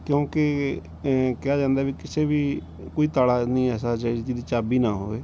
ਕਿਉਂਕਿ ਕਿਹਾ ਜਾਂਦਾ ਵੀ ਕਿਸੇ ਵੀ ਕੋਈ ਤਾਲਾ ਨਹੀਂ ਐਸਾ ਜਾਂ ਜਿਹਦੀ ਚਾਬੀ ਨਾ ਹੋਵੇ